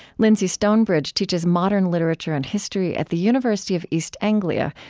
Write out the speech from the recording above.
lyndsey stonebridge teaches modern literature and history at the university of east anglia,